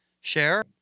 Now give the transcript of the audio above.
share